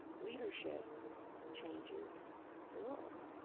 leadership changes the world.